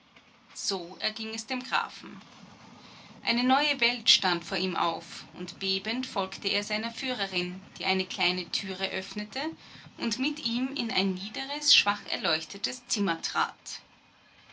so erging es dem grafen eine neue welt stand vor ihm auf und bebend folgte er seiner führerin die eine kleine türe öffnete und mit ihm in ein niederes schwacherleuchtetes zimmer trat